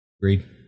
Agreed